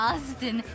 Austin